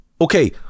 Okay